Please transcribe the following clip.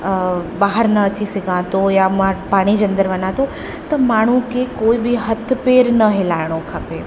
बाहिरि न अची सघां थो या मां पाणीअ जे अंदरि वञा थो त माण्हूअ खे कोई बि हथु पेरु न हिलाइणो खपे